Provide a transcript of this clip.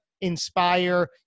inspire